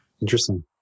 Interesting